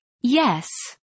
Yes